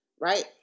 right